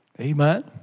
Amen